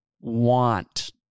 want